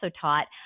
taught